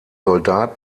soldat